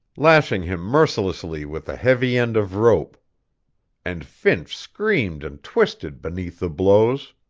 lashing him mercilessly with a heavy end of rope and finch screamed and twisted beneath the blows.